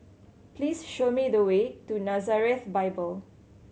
please show me the way to Nazareth Bible